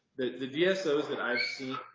the dso is that i've seen